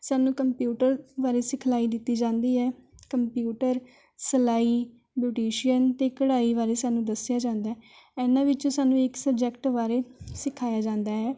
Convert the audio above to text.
ਸਾਨੂੰ ਕੰਪਿਊਟਰ ਬਾਰੇ ਸਿਖਲਾਈ ਦਿੱਤੀ ਜਾਂਦੀ ਹੈ ਕੰਪਿਊਟਰ ਸਿਲਾਈ ਬਿਊਟੀਸ਼ੀਅਨ ਅਤੇ ਕਢਾਈ ਬਾਰੇ ਸਾਨੂੰ ਦੱਸਿਆ ਜਾਂਦਾ ਹੈ ਇਨ੍ਹਾਂ ਵਿੱਚੋਂ ਸਾਨੂੰ ਇੱਕ ਸਬਜੈਕਟ ਬਾਰੇ ਸਿਖਾਇਆ ਜਾਂਦਾ ਹੈ